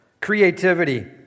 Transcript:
creativity